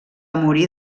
morir